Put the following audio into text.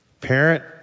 parent